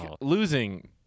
losing